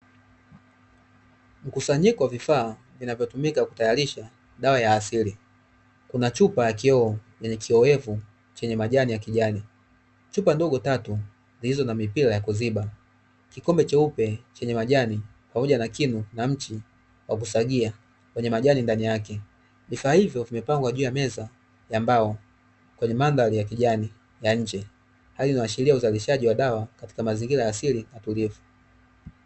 Mkusanyiko wa vifaa vinavyotumika kutayarisha dawa ya asili kuna chupa ya kioo yenye majani ya kijani chupa ndogo tatu zilizo na mipira ya kuziba kikombe cheupe chenye majani, pamoja na kinu na mchi wa kusagia wenye majani ndani yake vifaa ivyo vimepangwa juu ya meza ya mbao, kwenye mandhari ya kijani ya nje hali inayoashiria uzalishaji wa dawa katika mazingira asili na tulivu.